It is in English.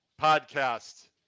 Podcast